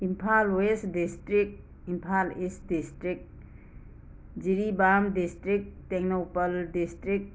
Imphal west district Imphal east district Jiribam district Tengnoupal district